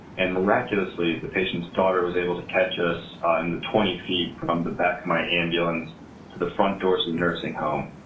and miraculously, the patient's daughter was able to catch us ah in the twenty feet from um the back of my ambulance to the front doors of the nursing home.